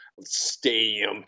stadium